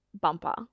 bumper